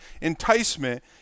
enticement